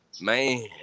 man